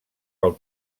pel